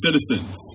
citizens